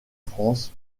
france